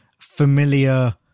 familiar